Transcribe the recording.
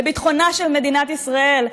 לביטחונה של מדינת ישראל,